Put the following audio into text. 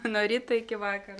nuo ryto iki vakaro